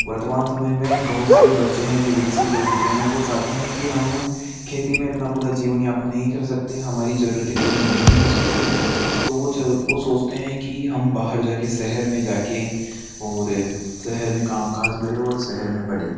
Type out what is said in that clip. वर्तमान समय में बहुत से बच्चे हैं जो विकसित हो चुके हैं वो चाहते हैं कि हम में खेती में अपना पूरा जीवन यापन नहीं कर सकते हमारी जरूरतें पूरी नहीं हो सकती है तो जो वो सोचते हैं कि हम बाहर जाके शहर में जाके और शहर में कामकाज करें और शहर में पड़े